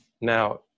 now